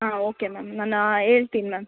ಹಾಂ okay ma'am ನಾನ್ ಹೇಳ್ತೀನ್ ಮ್ಯಾಮ್